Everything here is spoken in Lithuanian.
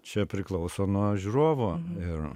čia priklauso nuo žiūrovo ir